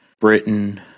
Britain